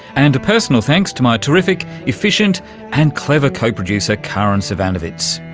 and a personal thanks to my terrific, efficient and clever co-producer karin zsivanovits.